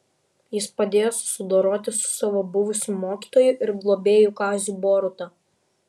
jis padėjo susidoroti su savo buvusiu mokytoju ir globėju kaziu boruta